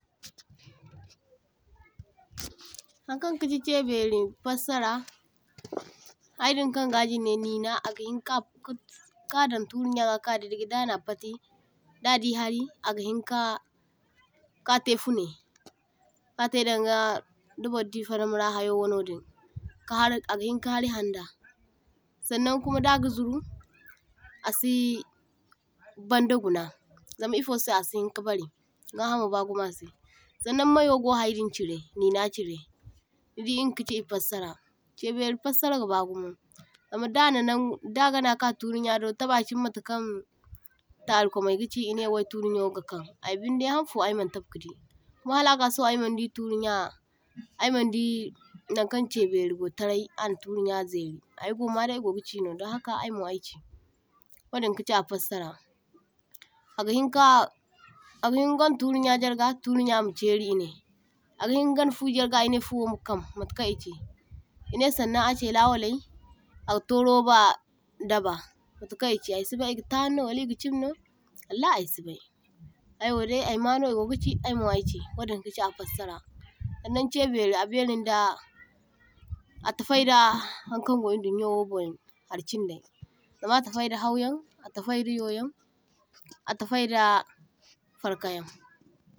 toh-toh Hankaŋ kachi chaiberi fassara haydiŋ kanga jine nina, agahinka ka ka ka kadaŋ turiya ga ka’didigi dana pati, dadi hari agayin ka katay funai, katai danga dibur di fadamara hayawonodin, kahari agahiŋ ka hari handa. Sannaŋ kuma daga zuru asi banda guda, zama ifosai asinka barai, gahamo bagumo asai, sannaŋ kuma mayo go haydiŋ chirai nena chirai nidi inga kachi e fassara. chaiberi fassara ga bagumo zama dana nangu da gana ka turi nya do taba chine matakaŋ tarikwamai gachi enai wai turi nyawai gakan, I bindai han fo I man taba ka di, kuma hala aga aymaŋdi turiya aymaŋdi nan kaŋ chaiberi go tarai ana turi nya zairi ay go ma’day ego gachi no doŋ haka aymo aychi wadin kachi a fassara. Aga hin ka aga hiŋ gana turi nya ga turi nya machairi enai, agahin kagana foo ga fuwo ma kan matukan e’chi, enai sannaŋ achai lawa’lay aga tuo roba daba matakaŋ e’chey I si’bay e’ga tarino wali e gachimno wallahi I sibay ay wo dai I ma’no e gogachi ay’mo ay chi, wadiŋ kachi a fassara. Sannaŋ chaiberi a berin da a tafayda hankan go edunwo bun harchin dai, zama a tafay da hawyan, a tafay da yoyan, a tafay da farkayan.